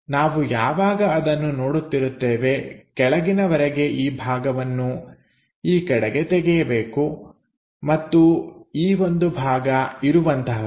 ನಾವು ಯಾವಾಗ ಅದನ್ನು ನೋಡುತ್ತಿರುತ್ತೇವೆ ಕೆಳಗಿನವರೆಗೆ ಈ ಭಾಗವನ್ನು ಈ ಕಡೆ ತೆಗೆಯಬೇಕು ಮತ್ತು ಈ ಒಂದು ಭಾಗ ಇರುವಂತಹುದು